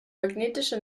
magnetische